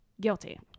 Guilty